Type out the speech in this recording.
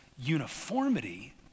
uniformity